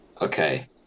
Okay